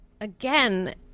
again